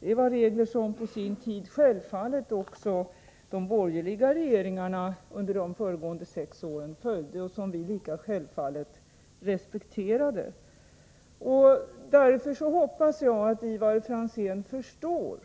Detta är regler som de borgerliga regeringarna på sin tid självfallet följde och som vi lika självfallet respekterade under de föregående sex åren. Därför hoppas jag att Ivar Franzén förstår